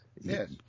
Yes